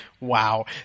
Wow